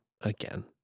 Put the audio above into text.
again